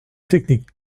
technique